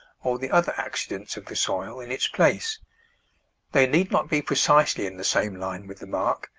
or the other accidents of the soil, in its place they need not be precisely in the same line with the mark,